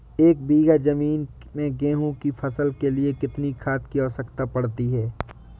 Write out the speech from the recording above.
एक बीघा ज़मीन में गेहूँ की फसल के लिए कितनी खाद की आवश्यकता पड़ती है?